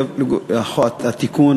לגבי התיקון,